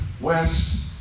west